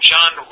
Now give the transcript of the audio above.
John